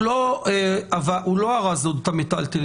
הוא לא ארז עוד את המיטלטלין,